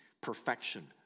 Perfection